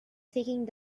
taking